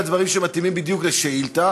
אלה הדברים שמתאימים בדיוק לשאילתה,